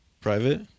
Private